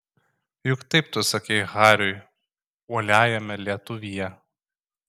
juk taip tu sakei hariui uoliajame lietuvyje